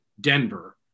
Denver